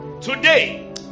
Today